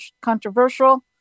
controversial